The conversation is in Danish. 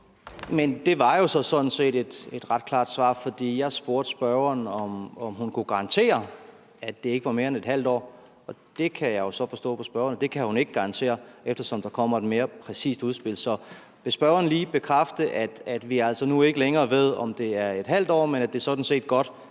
Men det var jo sådan set et ret klart svar, for jeg spurgte ordføreren, om hun kunne garantere, at det ikke var mere end ½ år. Og det kan jeg jo så forstå på ordføreren at hun ikke kan, eftersom der kommer et mere præcist udspil. Så vil ordføreren lige bekræfte, at vi nu altså ikke længere ved, om det er ½ år, og at det sådan set godt